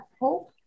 hope